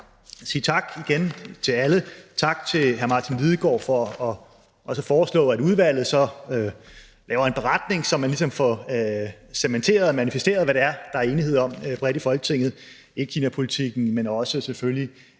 sige tak igen til alle. Tak til hr. Martin Lidegaard for også at foreslå, at udvalget så laver en beretning, så man ligesom får cementere og manifesteret, hvad det er, der er enighed om bredt i Folketinget: Etkinapolitikken; men selvfølgelig